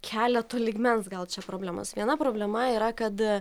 keletu lygmens gal čia problemos viena problema yra kad